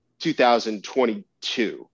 2022